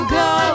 go